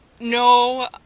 no